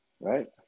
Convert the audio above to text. Right